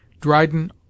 Dryden